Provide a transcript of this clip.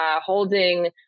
holding